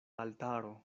altaro